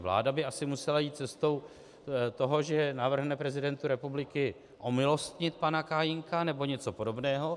Vláda by asi musela jít cestou toho, že navrhne prezidentu republiky omilostnit pana Kajínka nebo něco podobného.